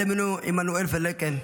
עלמנאו עמנואל פלקה,